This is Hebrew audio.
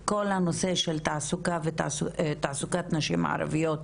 כל הנושא של תעסוקה והתעסוקות נשים הערביות,